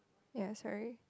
ya sorry